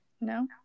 No